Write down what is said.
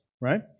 right